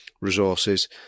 resources